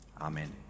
Amen